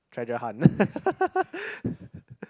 treasure hunt